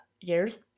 years